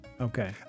okay